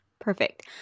Perfect